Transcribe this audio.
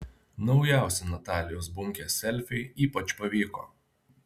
naujausi natalijos bunkės selfiai ypač pavyko